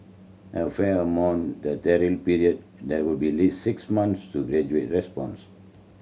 a fair amount the trial period that would be least six months to gauge response